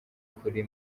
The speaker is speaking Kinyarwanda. kuri